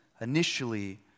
initially